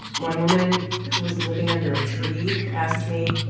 one woman who was living under a tree asked me,